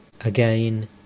Again